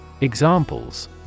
Examples